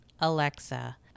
Alexa